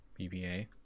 BBA